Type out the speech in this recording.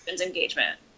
engagement